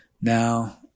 now